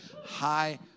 high